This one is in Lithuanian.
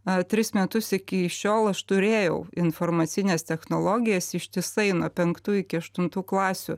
a tris metus iki šiol aš turėjau informacines technologijas ištisai nuo penktų iki aštuntų klasių